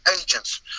agents